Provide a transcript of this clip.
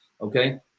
okay